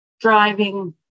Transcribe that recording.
driving